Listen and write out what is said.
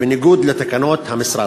בניגוד לתקנון המשרד.